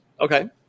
Okay